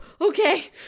okay